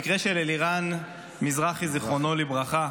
המקרה של אלירן מזרחי, זיכרונו לברכה,